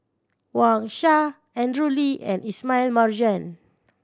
Wang Sha Andrew Lee and Ismail Marjan